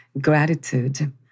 gratitude